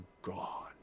gone